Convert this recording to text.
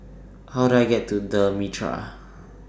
How Do I get to The Mitraa